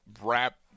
wrap